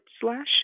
slash